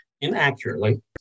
inaccurately